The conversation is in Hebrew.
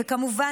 וכמובן,